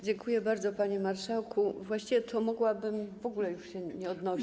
Dziękuję bardzo, panie marszałku, właściwie to mogłabym w ogóle już się nie odnosić.